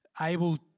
able